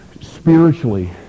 spiritually